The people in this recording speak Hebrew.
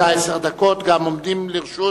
עשר דקות עומדות לרשות